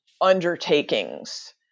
undertakings